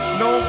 no